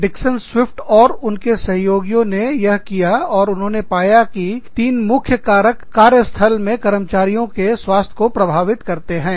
Dickson Swift और उनके सहयोगी ने यह किया और उन्होंने पाया कि 3 मुख्य कारक कार्य स्थल में कर्मचारियों के स्वास्थ्य को प्रभावित करते हैं